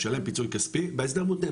הוא משלם פיצוי כספי בהסדר מותנה,